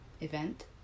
event